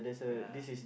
ya